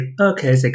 okay